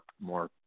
more